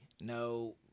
No